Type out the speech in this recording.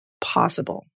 possible